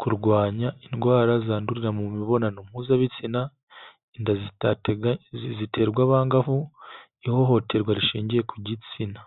kurwanya indwara zandurira mu mibonano mpuzabitsina, inda zitatega ziterwa abangavu, ihohoterwa rishingiye ku gitsina.